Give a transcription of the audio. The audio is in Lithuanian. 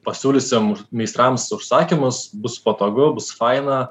pasiūlysim meistrams užsakymus bus patogu bus faina